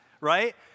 right